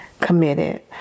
committed